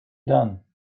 done